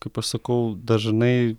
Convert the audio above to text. kaip aš sakau dažnai